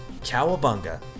Cowabunga